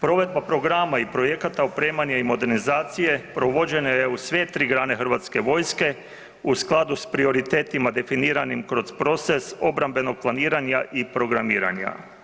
Provedba programa i projekata, opremanje i modernizacije provođene u sve tri grane HV-a, u skladu s prioritetima definiranim kroz proces obrambenog planiranja i programiranja.